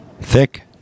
Thick